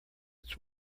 its